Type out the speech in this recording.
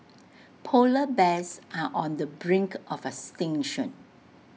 Polar Bears are on the brink of extinction